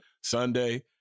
Sunday